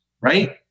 right